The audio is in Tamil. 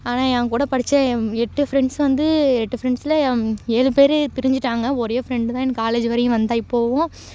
ஆனால் எங்கூட படித்த எட்டு ஃப்ரெண்ட்ஸும் வந்து எட்டு ஃப்ரெண்ட்ஸில் ஏழு பேர் பிரிஞ்சுட்டாங்க ஒரே ஃப்ரெண்டு தான் எனக்கு காலேஜு வரையும் வந்தாள் இப்போதும்